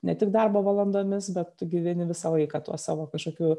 ne tik darbo valandomis bet tu gyveni visą laiką tuo savo kažkokiu